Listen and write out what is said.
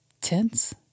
Tense